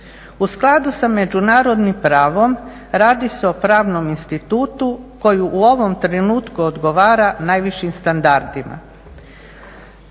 U skladu sa međunarodnim pravom radi se o pravnom institutu koji u ovom trenutku odgovara najvišim standardima.